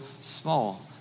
small